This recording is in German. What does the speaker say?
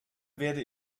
werde